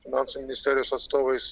finansų ministerijos atstovais